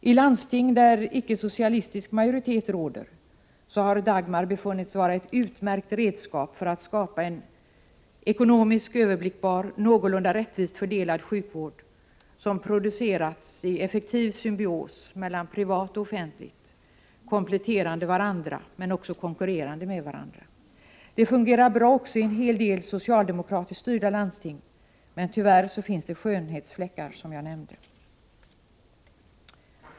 Tlandsting där icke-socialistisk majoritet råder har Dagmar befunnits vara ett utmärkt redskap för att skapa en ekonomiskt överblickbar, någorlunda rättvist fördelad sjukvård som producerats i effektiv symbios mellan privat och offentligt, kompletterande varandra men också konkurrerande med varandra. Det fungerar bra också i en hel del socialdemokratiskt styrda landsting, men tyvärr finns det skönhetsfläckar, som jag nämnde.